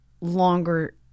longer